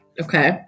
Okay